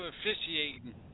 officiating